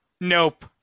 Nope